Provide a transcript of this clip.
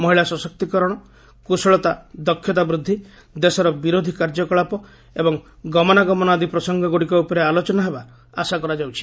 ମହିଳା ସଶକ୍ତିକରଣ କୁଶଳତା ବୃଦ୍ଧି ଦେଶର ବିରୋଧୀ କାର୍ଯ୍ୟକଳାପ ଏବଂ ଗମନାଗମନ ଆଦି ପ୍ରସଙ୍ଗ ଗୁଡିକ ଉପରେ ଆଲୋଚନା ହେବାର ଆଶାସ କରାଯାଉଛି